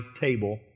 table